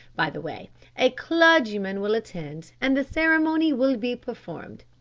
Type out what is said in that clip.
by the way a clergyman will attend and the ceremony will be performed.